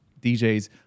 DJs